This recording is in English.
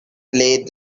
play